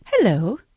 Hello